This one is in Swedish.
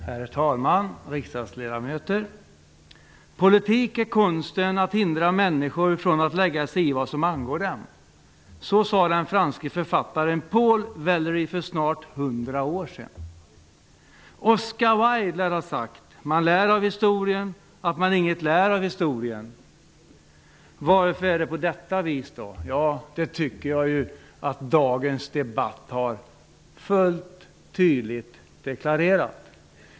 Herr talman, riksdagsledamöter! Politik är konsten att hindra människor från att lägga sig i vad som angår dem, sade den franske författaren Paul Valéry för snart hundra år sedan. Oscar Wilde lär ha sagt: Man lär av historien att man inget lär av historien. Varför är det på detta vis då? Det tycker jag att dagens debatt har fullt tydligt deklarerat.